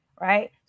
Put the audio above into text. right